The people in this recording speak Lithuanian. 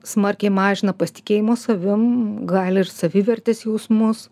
smarkiai mažina pasitikėjimo savim gali ir savivertės jausmus